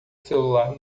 celular